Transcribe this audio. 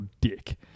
dick